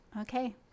Okay